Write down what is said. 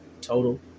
total